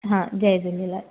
हा जय झूलेलाल